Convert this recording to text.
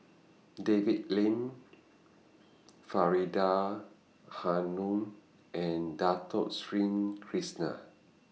David Lim Faridah Hanum and Dato Sri Krishna